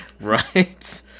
Right